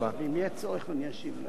אם יהיה צורך אני אשיב לה.